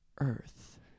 Earth